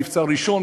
מבצע ראשון,